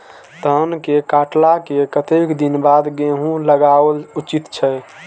धान के काटला के कतेक दिन बाद गैहूं लागाओल उचित छे?